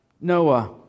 Noah